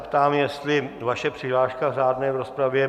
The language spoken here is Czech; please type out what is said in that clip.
Ptám se, jestli vaše přihláška v řádné rozpravě...